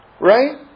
Right